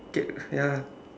get ya